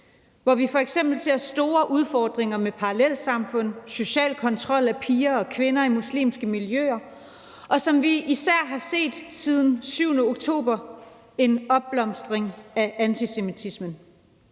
hvor vi f.eks. ser store udfordringer med parallelsamfund, social kontrol af piger og kvinder i muslimske miljøer og, som vi især har set siden den 7. oktober, en opblomstring af antisemitismen.